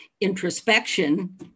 introspection